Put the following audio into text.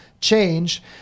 change